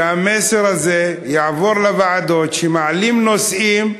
שהמסר הזה יעבור לוועדות: כשמעלים נושאים,